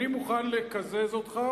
אני מוכן לקזז אותך,